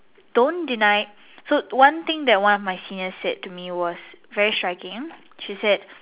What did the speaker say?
don't deny so one thing that one of my senior said to me was very striking she said